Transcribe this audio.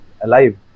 alive